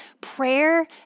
prayer